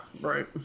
right